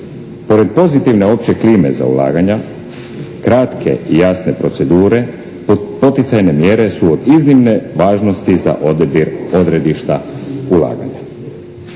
Pored pozitivne opće klime za ulaganja kratke i jasne procedure pod poticajne mjere su od iznimne važnosti za odabir odredišta ulaganja.